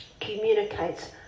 communicates